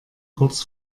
kurz